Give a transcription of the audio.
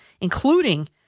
including